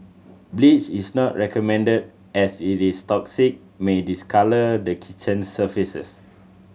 bleach is not recommended as it is toxic may discolour the kitchen surfaces